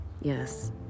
Yes